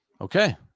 Okay